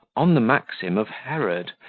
on the maxim of herod,